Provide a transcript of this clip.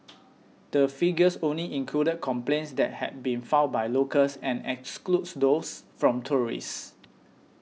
the figures only included complaints that had been filed by locals and excludes those from tourists